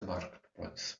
marketplace